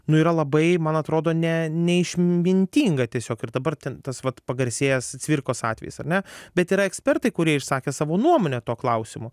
nu yra labai man atrodo ne neišmintinga tiesiog ir dabar ten tas vat pagarsėjęs cvirkos atvejis ar ne bet yra ekspertai kurie išsakė savo nuomonę tuo klausimu